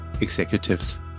executives